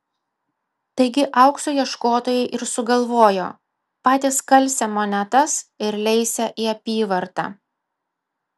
taigi aukso ieškotojai ir sugalvojo patys kalsią monetas ir leisią į apyvartą